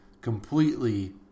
completely